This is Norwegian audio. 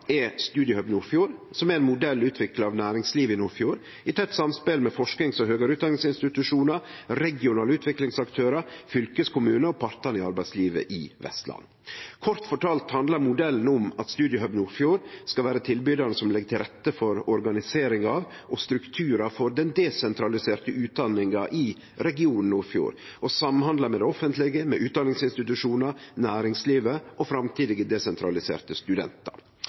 er Studiehub Nordfjord, som er ein modell utvikla av næringslivet i Nordfjord i tett samspel med forskings- og høgare utdanningsinstitusjonar, regionale utviklingsaktørar, fylkeskommune og partane i arbeidslivet i Vestland. Kort fortalt handlar modellen om at Studiehub Nordfjord skal vere tilbydaren som legg til rette for organisering av og strukturar for den desentraliserte utdanninga i regionen Nordfjord, og samhandlar med det offentlege, med utdanningsinstitusjonar, næringslivet og framtidige desentraliserte studentar.